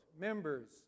Members